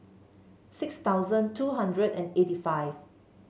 six thousand two hundred and eighty five